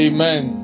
Amen